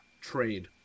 trade